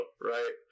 right